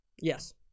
Yes